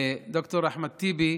ד"ר אחמד טיבי,